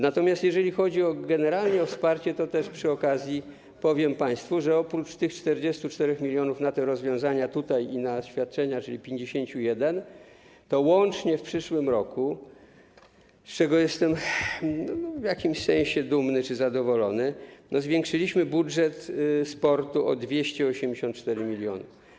Natomiast jeżeli chodzi generalnie o wsparcie, to też przy okazji powiem państwu, że oprócz tych 44 mln na te rozwiązania tutaj i na świadczenia, czyli 51 mln, łącznie w przyszłym roku, z czego jestem w jakimś sensie dumny czy zadowolony, zwiększyliśmy budżet sportu o 284 mln.